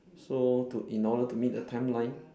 so to in order to meet the timeline